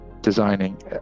designing